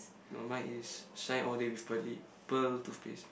no mine is shine all day with pearly pearl toothpaste